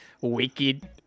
wicked